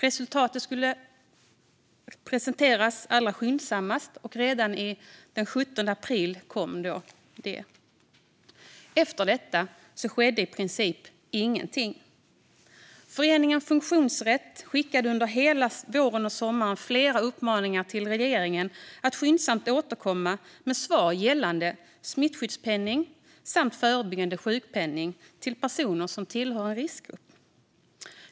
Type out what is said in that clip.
Resultatet skulle presenteras allra skyndsammast, och redan den 17 april kom det. Efter detta skedde i princip ingenting. Föreningen Funktionsrätt skickade under våren och sommaren flera uppmaningar till regeringen att skyndsamt återkomma med svar gällande smittskyddspenning samt förebyggande sjukpenning till personer som tillhör en riskgrupp.